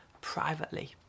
privately